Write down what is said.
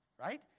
right